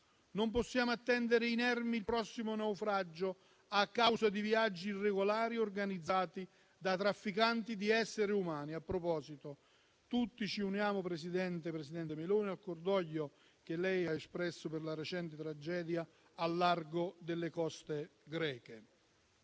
Non possiamo attendere inermi il prossimo naufragio a causa di viaggi irregolari organizzati da trafficanti di esseri umani. A proposito, tutti ci uniamo, signor presidente del Consiglio Meloni, al cordoglio che lei ha espresso per la recente tragedia al largo delle coste greche.